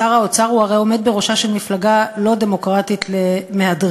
שר האוצר הרי עומד בראשה של מפלגה לא דמוקרטית למהדרין,